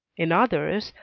in others,